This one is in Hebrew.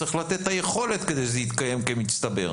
צריך לתת את היכולת כדי שזה יתקיים כמצטבר.